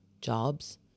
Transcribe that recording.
jobs